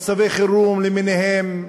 מצבי חירום למיניהם,